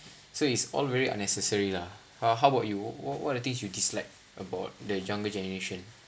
so it's all very unnecessary lah how how about you what what're the things you dislike about the younger generation